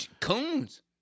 Coons